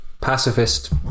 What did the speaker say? pacifist